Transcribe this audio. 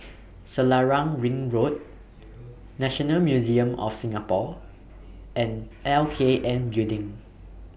Selarang Ring Road National Museum of Singapore and L K N Building